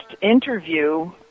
interview